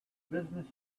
business